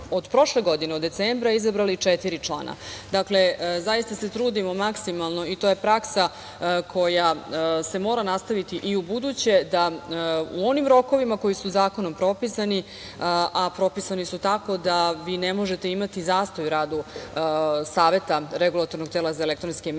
od prošle godine, od decembra, izabrali četiri člana. Zaista se trudimo maksimalno, i to je praksa koja se mora nastaviti i u buduće da u onim rokovima koji su zakonom propisani, a propisani su tako da vi ne možete imati zastoj u radu Saveta REM-a, na vreme birate, odnosno vršite